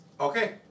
Okay